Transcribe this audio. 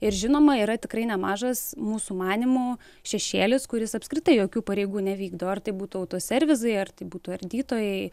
ir žinoma yra tikrai nemažas mūsų manymu šešėlis kuris apskritai jokių pareigų nevykdo ar tai būtų autoservisai ar tai būtų ardytojai